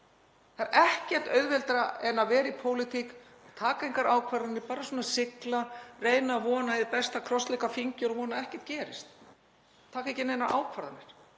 Það er ekkert auðveldara en að vera í pólitík og taka engar ákvarðanir, bara sigla, reyna að vona hið besta, krossleggja fingur og vona að ekkert gerist, taka ekki neinar ákvarðanir.